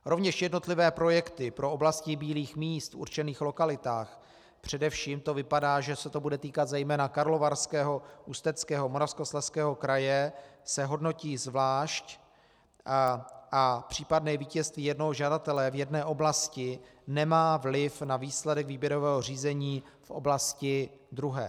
Rovněž jednotlivé projekty pro oblasti bílých míst v určených lokalitách, především to vypadá, že se to bude týkat zejména Karlovarského, Ústeckého, Moravskoslezského kraje, se hodnotí zvlášť a případné vítězství jednoho žadatele v jedné oblasti nemá vliv na výsledek výběrového řízení v oblasti druhé.